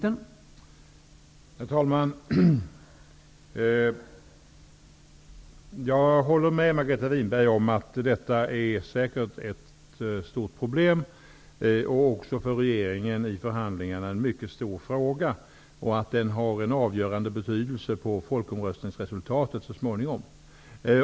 Herr talman! Jag håller med Margareta Winberg om att detta säkert är ett stort problem och även en mycket stor fråga för regeringen i förhandlingarna. Den har också en avgörande betydelse för folkomröstningsresultatet så småningom.